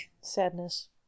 sadness